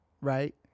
right